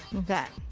that.